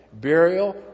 burial